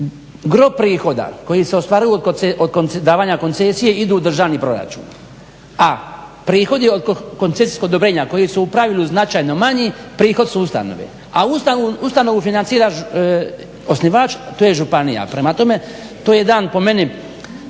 gro prihoda koji se ostavario od davanja koncesije ide u državni proračun. A prihod od koncesijskog dobrenja koji su u pravilu značajno manji prihod su ustanove. A ustanovu financira osnivač a to je županija. Prema tome to je jedan po meni